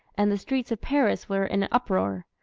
and the streets of paris were in uproar.